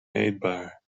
eetbaar